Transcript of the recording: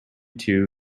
two